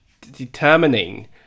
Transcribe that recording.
determining